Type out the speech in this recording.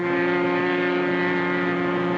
and